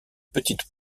petites